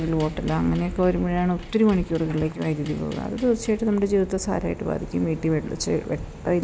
ഉരുൾ പൊട്ടൽ അങ്ങനെയൊക്കെ വരുമ്പോഴാണ് ഒത്തിരി മണിക്കൂറുകളിലേക്ക് വൈദ്യുതി പോവും അത് തീർച്ചയായിട്ടും നമ്മുടെ ജീവിതത്തെ സാരമായിട്ട് ബാധിക്കും വീട്ടിൽ വെളിച്ചം വെട്ടമില്ല